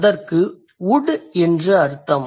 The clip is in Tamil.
அதற்கு wood என்று அர்த்தம்